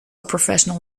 professional